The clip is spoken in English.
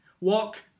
walk